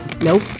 Nope